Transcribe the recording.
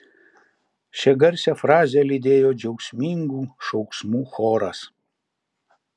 šią garsią frazę lydėjo džiaugsmingų šauksmų choras